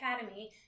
Academy